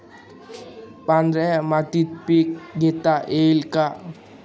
पांढऱ्या मातीत पीक घेता येईल का?